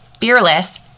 Fearless